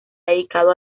dedicado